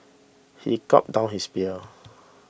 he gulped down his beer